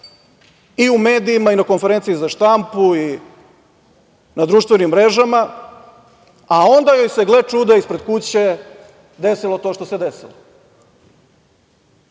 i u medijima i na konferenciji za štampu, na društvenim mrežama, a onda joj se gle čuda ispred kuće desilo to što se desilo. Sada